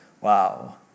wow